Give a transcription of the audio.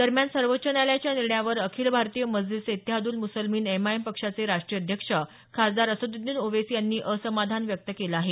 दरम्यान सर्वोच्च न्यायालयाच्या या निर्णयावर अखिल भारतीय मजलिस ए इत्तेहादल मुसलिमिन एमआयएम पक्षाचे राष्ट्रीय अध्यक्ष खासदार असदृद्दीन ओवेसी यांनी असमाधान व्यक्त केलं आहे